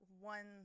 one